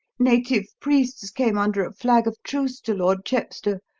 native priests came under a flag of truce to lord chepstow,